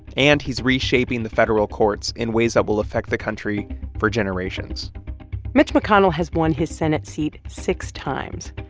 and he's reshaping the federal courts in ways that will affect the country for generations mitch mcconnell has won his senate seat six times,